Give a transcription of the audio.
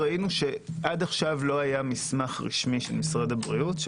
עד כה לא היה מסמך רשמי של משרד הבריאות.